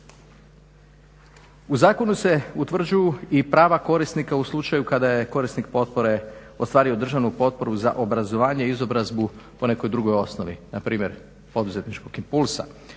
U zakonu se utvrđuju i prava korisnika u slučaju kada je korisnik potpore ostvario državnu potporu za obrazovanje, izobrazbu po nekoj drugoj osnovi, npr. poduzetničkog impulsa.